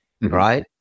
right